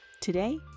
Today